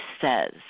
says